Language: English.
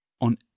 on